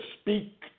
speak